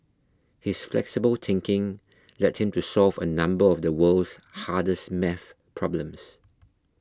his flexible thinking led him to solve a number of the world's hardest maths problems